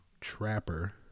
Trapper